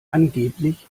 angeblich